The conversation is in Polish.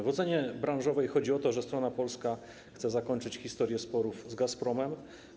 W ocenie branżowej chodzi o to, że strona polska chce zakończyć historię sporów z Gazpromem.